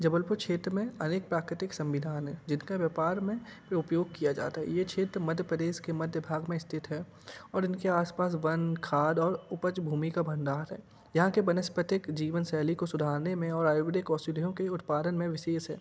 जबलपुर क्षेत्र में अनेक प्राकृतिक संविधान हैं जिनका व्यापार में उपयोग किया जाता है ये क्षेत्र मध्य प्रदेश के मध्य भाग में स्थित है और इनके आस पास वन खाद और उपज भूमि का भंडार है यहाँ के बनस्पतिक जीवन शैली को सुधारने में और आयुर्वेदिक औषधियों के उत्पादन में विशेष है